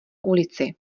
ulici